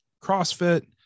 CrossFit